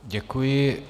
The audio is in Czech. Děkuji.